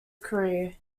career